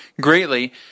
greatly